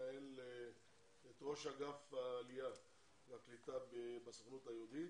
ראש אגף העלייה והקליטה בסוכנות היהודית.